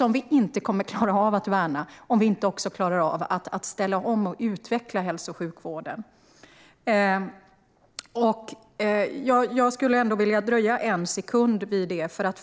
Men vi kommer inte att klara av att värna den om vi inte också klarar av att ställa om och utveckla hälso och sjukvården. Låt mig dröja lite vid detta.